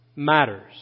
matters